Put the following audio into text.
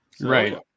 Right